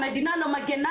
המדינה לא מגינה.